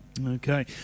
okay